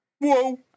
Whoa